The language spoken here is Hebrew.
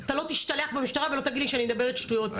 אתה לא תשתלח במשטרה ולא תגיד לי שאני מדברת שטויות.